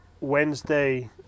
Wednesday